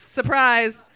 Surprise